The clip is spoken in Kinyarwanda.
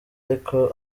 ariko